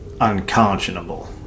unconscionable